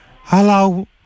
hello